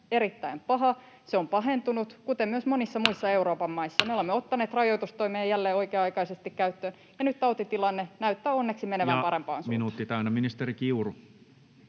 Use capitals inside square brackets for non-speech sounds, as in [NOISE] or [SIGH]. erittäin paha, se on pahentunut kuten myös monissa muissa Euroopan maissa. [NOISE] Me olemme ottaneet rajoitustoimia jälleen oikea-aikaisesti käyttöön, ja nyt tautitilanne näyttää onneksi menevän parempaan suuntaan. [Speech 16] Speaker: Toinen